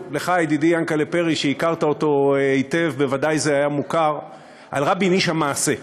ודיברתי שם על רבין בהקשר,